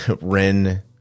Ren